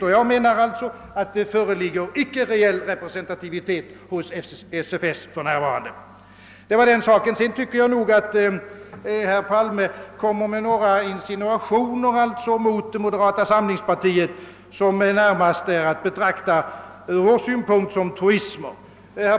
Enligt min mening föreligger det alltså inte någon reell representativitet inom SFS för närvarande. Det var den saken. Sedan tyckte jag att herr Palme kom med några insinuationer mot moderata samlingspartiet, vilka från vår synpunkt närmast måste betraktas som truismer.